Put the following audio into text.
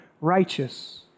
righteous